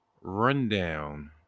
Rundown